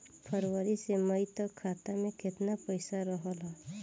फरवरी से मई तक खाता में केतना पईसा रहल ह?